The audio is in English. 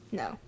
no